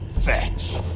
fetch